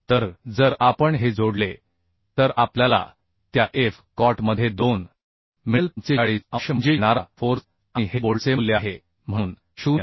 तर जर आपण हे जोडले तर आपल्याला त्या f cot मध्ये 2 मिळेल 45 अंश म्हणजे येणारा फोर्स आणि हे बोल्टचे मूल्य आहे म्हणून 0